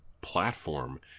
platform